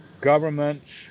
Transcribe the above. governments